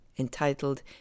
entitled